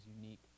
unique